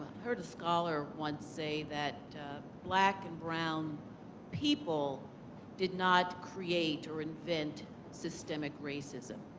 heard a scholar once say that black and brown people did not create or invent systemic race ism,